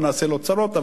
לא נעשה לו צרות,